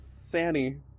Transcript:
Sanny